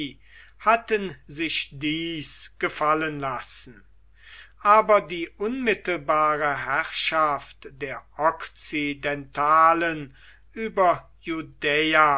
hatten sich dies gefallen lassen aber die unmittelbare herrschaft der okzidentalen über